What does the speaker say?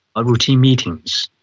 routine meetings,